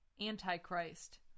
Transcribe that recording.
Antichrist